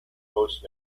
coast